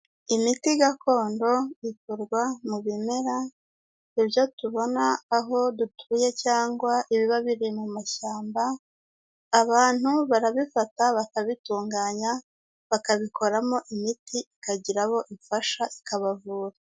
Imiti gakondo ikorwa mu bimera, ibyo tubona aho dutuye cyangwa ibiba biri mu mashyamba, abantu barabifata bakabitunganya bakabikoramo imiti, ikagira abo ifasha ikabavura.